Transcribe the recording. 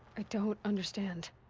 i don't. understand.